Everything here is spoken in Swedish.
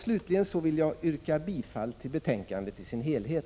Slutligen vill jag yrka bifall till hemställan i betänkandet i dess helhet.